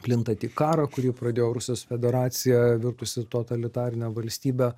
plintį karą kurį pradėjo rusijos federacija virtusi totalitarine valstybe